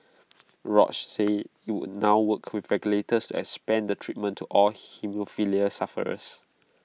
Roche said IT would now work with regulators to expand the treatment to all haemophilia sufferers